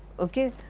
ok,